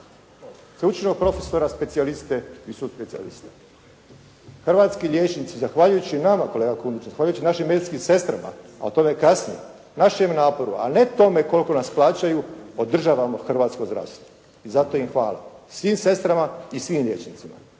sveučilišnog profesora specijaliste i suspecijaliste. Hrvatski liječnici zahvaljujući nama kolega Kundić, zahvaljujući našim medicinskim sestrama, a o tome kasnije, našem naporu ali ne tome koliko nas plaćaju podržavamo hrvatsko zdravstvo i zato im hvala, svim sestrama i svim liječnicima.